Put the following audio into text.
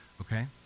okay